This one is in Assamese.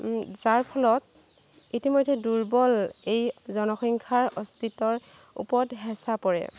যাৰ ফলত ইতিমধ্যে দুৰ্বল এই জনসংখ্যাৰ অস্তিত্বৰ ওপৰত হেঁচা পৰে